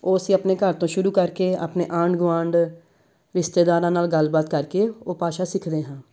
ਉਹ ਅਸੀਂ ਆਪਣੇ ਘਰ ਤੋਂ ਸ਼ੁਰੂ ਕਰਕੇ ਆਪਣੇ ਆਂਢ ਗੁਆਂਢ ਰਿਸ਼ਤੇਦਾਰਾਂ ਨਾਲ ਗੱਲਬਾਤ ਕਰਕੇ ਉਹ ਭਾਸ਼ਾ ਸਿੱਖਦੇ ਹਾਂ